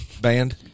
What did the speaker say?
band